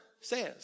says